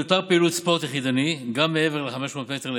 תותר פעילות ספורט יחידני גם מעבר ל-500 מטר,